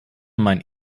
meinen